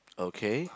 okay